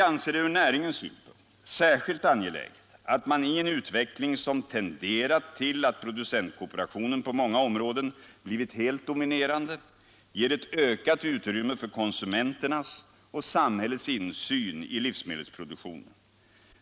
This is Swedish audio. Från näringens synpunkt anser vi det särskilt angeläget att man i en utveckling, som tenderat till att producentkooperationen på många områden blivit helt dominerande, ger ett ökat utrymme för konsumenternas och samhällets insyn i livsmedelsproduktionen.